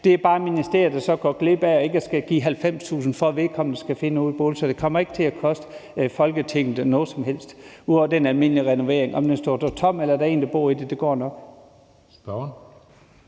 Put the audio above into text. Det er bare ministeriet, der så ikke skal give 90.000 kr., for at vedkommende skal finde et sted at bo. Det kommer ikke til at koste Folketinget noget som helst ud over den almindelige renovering. Om den står tom, eller om der er en, der bor i den, går det nok. Kl.